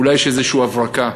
אולי יש איזושהי הברקה,